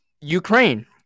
Ukraine